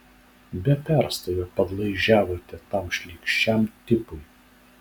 be perstojo padlaižiavote tam šlykščiam tipui